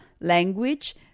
language